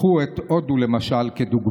קחו את הודו לדוגמה: